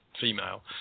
female